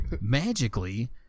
magically